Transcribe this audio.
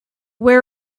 where